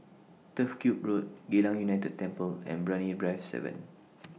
Turf Ciub Road Geylang United Temple and Brani Drive seven